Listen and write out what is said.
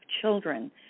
children